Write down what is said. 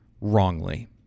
wrongly